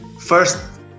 first